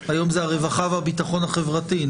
היום זה הרווחה והביטחון החברתי.